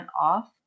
off